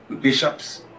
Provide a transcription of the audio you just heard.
bishops